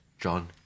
John